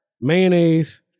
mayonnaise